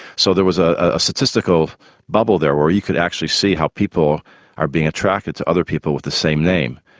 so there was ah a statistical bubble there where you could actually see how people are being attracted to other people with the same name.